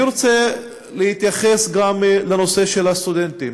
אני רוצה להתייחס גם לנושא של הסטודנטים,